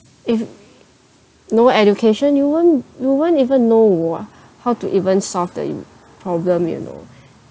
if no education you won't you won't even know wha~ how to even solve the i~ the problem you know